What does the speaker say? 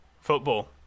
football